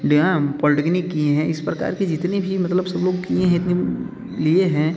polytechnic किए हैं इस प्रकार की जितनी भी मतलब सब लोग किए हैं इतनी लिए हैं